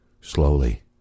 Slowly